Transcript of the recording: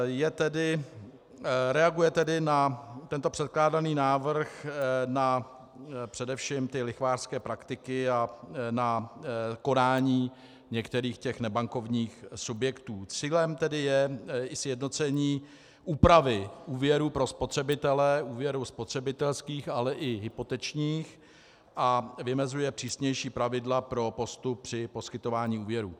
Reaguje tedy na tento předkládaný návrh, na především lichvářské praktiky a na konání některých nebankovních subjektů, cílem tedy je i sjednocení úpravy úvěrů pro spotřebitele, úvěrů spotřebitelských, ale i hypotečních, a vymezuje přísnější pravidla pro postup při poskytování úvěrů.